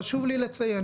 חשוב לי לציין,